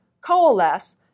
coalesce